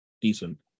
Decent